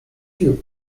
queue